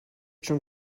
schon